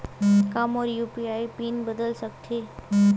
का मोर UPI PIN बदल सकथे?